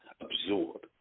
absorb